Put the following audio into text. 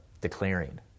declaring